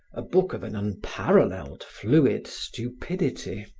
a book of an unparalleled fluid stupidity,